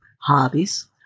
hobbies